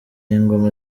ingoma